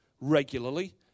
regularly